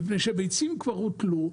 מפני שביצים כבר הוטלו.